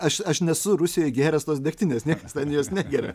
aš aš nesu rusijoj gėręs tos degtinės niekas ten jos negeria